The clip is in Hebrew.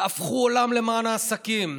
תהפכו עולם למען העסקים.